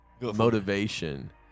motivation